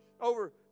over